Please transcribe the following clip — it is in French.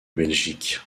belgique